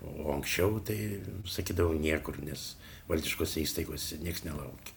o anksčiau tai sakydavau niekur nes valdiškose įstaigose nieks nelaukia